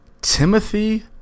Timothy